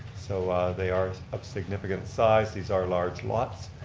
so they are of significant size, these are large lots.